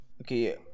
Okay